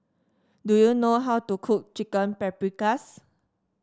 do you know how to cook Chicken Paprikas